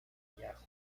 yahoo